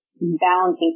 balancing